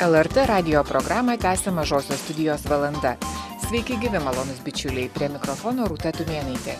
lrt radijo programą tęsia mažosios studijos valanda sveiki gyvi malonūs bičiuliai prie mikrofono rūta tumėnaitė